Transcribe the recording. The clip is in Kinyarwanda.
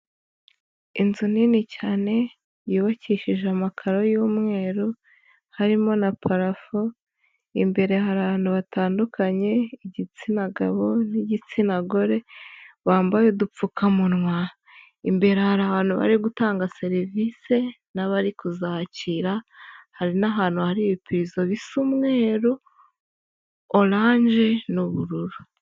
Inzu nini cyane yubakishije amakaro y'umweru, harimo na parafo, imbere hari abantu batandukanye, igitsina gabo n'igitsina gore bambaye udupfukamunwa, imbere hari abantu bari gutanga serivisi n'abari kuzakira, hari n'ahantu hari ibipirizo bisa umweru, oranje n'ubururu.